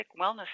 wellness